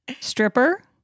stripper